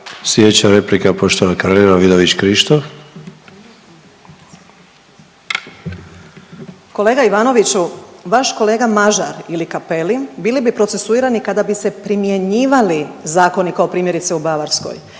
**Vidović Krišto, Karolina (OIP)** Kolega Ivanoviću, vaš kolega Mažar ili Cappelli, bili bi procesuirani kada bi se primjenjivali zakoni kao primjerice, u Bavarskoj.